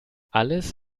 alles